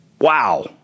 Wow